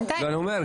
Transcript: חוג'ראת,